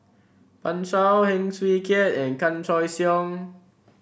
Pan Shou Heng Swee Keat and Chan Choy Siong